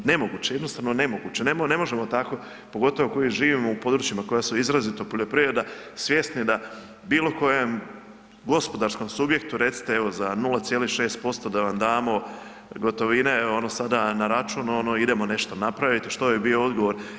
Nemoguće, jednostavno nemoguće, ne, ne možemo tako, pogotovo koji živimo u područjima koja su izrazito poljoprivreda svjesni da bilo kojem gospodarskom subjektom, recite evo za 0,6% da vam damo gotovine, ono sada na račun, ono idemo nešto napraviti, što bi bio odgovor?